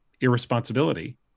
irresponsibility